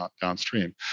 downstream